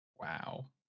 Wow